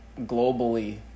globally